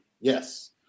yes